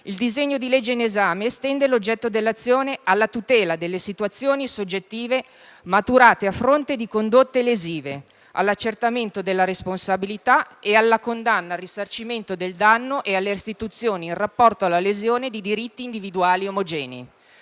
il disegno di legge in esame, estende l'oggetto dell'azione alla tutela delle situazioni soggettive maturate a fronte di condotte lesive, all'accertamento della responsabilità e alla condanna al risarcimento del danno e alle restituzioni, in rapporto alla lesione di «diritti individuali omogenei».